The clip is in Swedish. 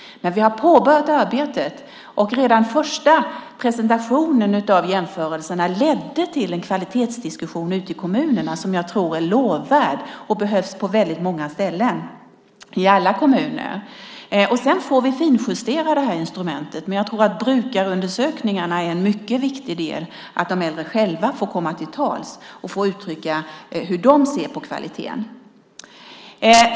Men vi har påbörjat arbetet, och redan den första presentationen av jämförelserna ledde till en kvalitetsdiskussion ute i kommunerna. Jag tror att detta är lovvärt och behövs på väldigt många ställen i alla kommuner. Sedan får vi finjustera det här instrumentet. Jag tror att brukarundersökningarna är en mycket viktig del där de äldre själva får komma till tals och uttrycka hur de ser på kvaliteten.